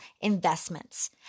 investments